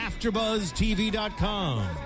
AfterBuzzTV.com